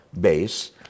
base